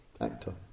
actor